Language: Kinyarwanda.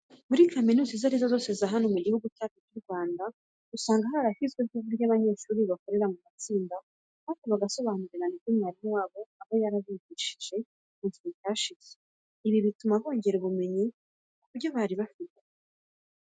Muri kaminuza izo ari zo zose za hano mu gihugu cyacu cy'u Rwanda, usanga harashyizweho uburyo abanyeshuri bakorera mu matsinda kandi bagasobanurirana ibyo umwarimu wabo aba yarigishije mu gihe cyashize. Ibi bituma bongera ubumenyi ku bwo bari bafite.